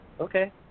Okay